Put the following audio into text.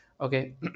okay